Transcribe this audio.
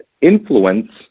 Influence